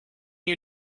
you